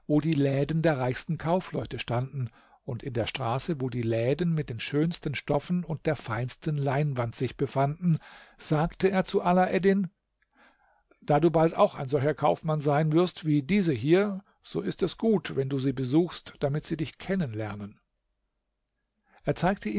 wo die läden der reichsten kaufleute standen und in der straße wo die läden mit den schönsten stoffen und der feinsten leinwand sich befanden sagte er zu alaeddin da du bald auch ein solcher kaufmann sein wirst wie diese hier so ist es gut wenn du sie besuchst damit sie dich kennen lernen er zeigte